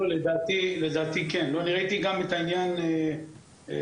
לדעתי כן, יש